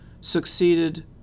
succeeded